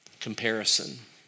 Comparison